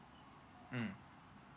mm